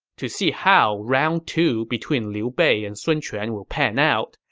to see how round two between liu bei and sun quan will pan out,